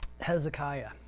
Hezekiah